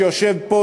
שיושב פה,